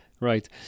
Right